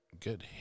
Good